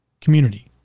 community